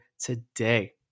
today